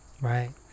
right